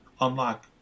unlock